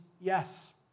yes